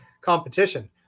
competition